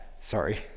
Sorry